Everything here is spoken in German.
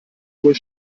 uhr